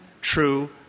true